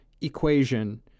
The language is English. equation